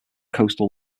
coastal